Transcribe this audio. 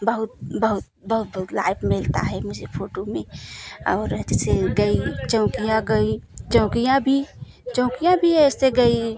बहुत बहुत बहुत लाइव मिलता है मुझे फोटू में और जैसे गई चौटिया गई चौकिया भी चौकिया भी ऐसे गई